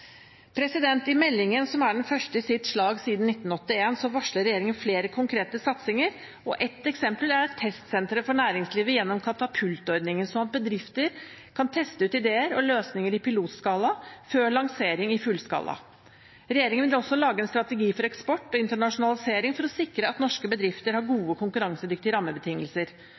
I meldingen, som er den første i sitt slag siden 1981, varsler regjeringen flere konkrete satsinger. Ett eksempel er testsentre for næringslivet gjennom katapultordningen, sånn at bedrifter kan teste ut ideer og løsninger i pilotskala før lansering i fullskala. Regjeringen vil også lage en strategi for eksport og internasjonalisering for å sikre at norske bedrifter har gode, konkurransedyktige rammebetingelser.